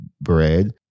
bread